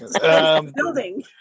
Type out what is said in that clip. Building